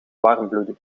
warmbloedig